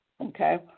okay